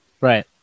Right